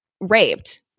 raped